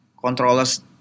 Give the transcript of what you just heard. controllers